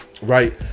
Right